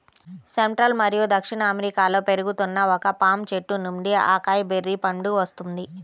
central మరియు దక్షిణ అమెరికాలో పెరుగుతున్న ఒక పామ్ చెట్టు నుండి అకాయ్ బెర్రీ పండు వస్తుంది